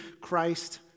Christ